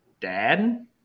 dad